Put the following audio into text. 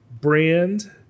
brand